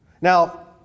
Now